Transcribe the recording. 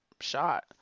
shot